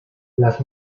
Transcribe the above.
las